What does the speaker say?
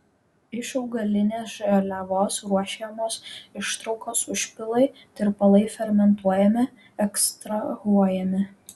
iš augalinės žaliavos ruošiamos ištraukos užpilai tirpalai fermentuojami ekstrahuojami